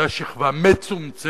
אותה שכבה מצומצמת